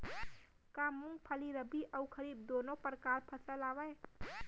का मूंगफली रबि अऊ खरीफ दूनो परकार फसल आवय?